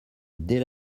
dès